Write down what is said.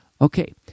Okay